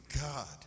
God